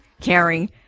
caring